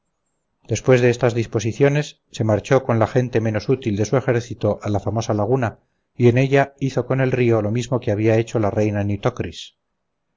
después de estas disposiciones se marchó con la gente menos útil de su ejército a la famosa laguna y en ella hizo con el río lo mismo que había hecho la reina nitocris abrió